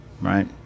Right